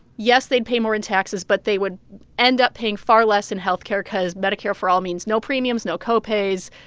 yes, they'd pay more in taxes, but they would end up paying far less in health care cause medicare for all means no premiums, no copays.